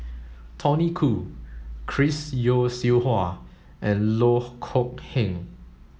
Tony Khoo Chris Yeo Siew Hua and Loh Kok Heng